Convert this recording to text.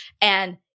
And-